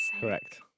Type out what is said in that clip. Correct